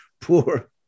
poor